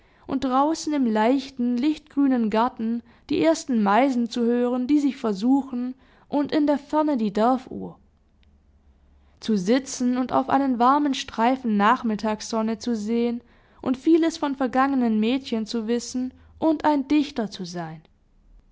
und draußen im leichten lichtgrünen garten die ersten meisen zu hören die sich versuchen und in der ferne die dorfuhr zu sitzen und auf einen warmen streifen nachmittagssonne zu sehen und vieles von vergangenen mädchen zu wissen und ein dichter zu sein